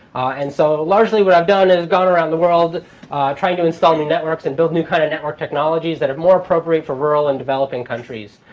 and so largely what i've done is gone around the world trying to install new networks and build new kind of network technologies that are more appropriate for rural and developing countries